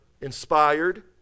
inspired